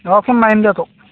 অঁ ফোন মাৰিম দে তোক